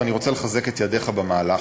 ואני רוצה לחזק את ידיך במהלך.